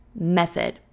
method